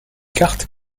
carte